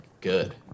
good